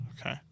Okay